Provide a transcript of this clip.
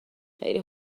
خیلی